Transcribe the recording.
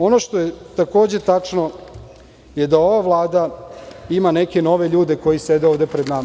Ono što je, takođe, tačno je da ova Vlada ima neke nove ljude koji sede ovde pred nama.